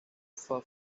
for